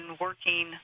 working